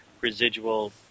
residual